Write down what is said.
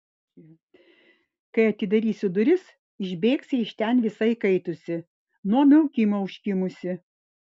kai atidarysiu duris išbėgsi iš ten visa įkaitusi nuo miaukimo užkimusi